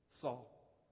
Saul